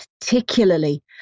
particularly